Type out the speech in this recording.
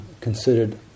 considered